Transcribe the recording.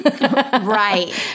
Right